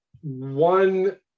one